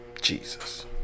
Jesus